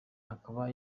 akaba